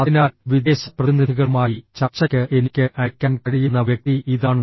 അതിനാൽ വിദേശ പ്രതിനിധികളുമായി ചർച്ചയ്ക്ക് എനിക്ക് അയയ്ക്കാൻ കഴിയുന്ന വ്യക്തി ഇതാണ്